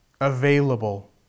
available